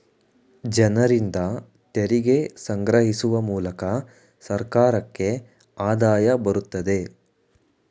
ಜನರಿಂದ ತೆರಿಗೆ ಸಂಗ್ರಹಿಸುವ ಮೂಲಕ ಸರ್ಕಾರಕ್ಕೆ ಆದಾಯ ಬರುತ್ತದೆ